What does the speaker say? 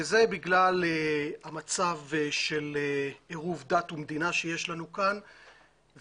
וזה בגלל שהמצב של עירוב דת ומדינה שיש לנו כאן וחוסר